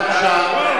בבקשה.